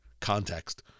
context